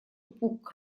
пук